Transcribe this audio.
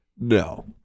No